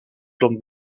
plante